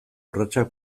urratsak